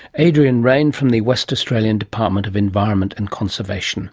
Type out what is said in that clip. adrian wayne from the west australian department of environment and conservation